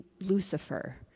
Lucifer